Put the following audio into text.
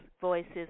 Voices